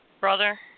Brother